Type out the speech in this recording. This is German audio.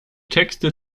texte